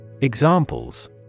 Examples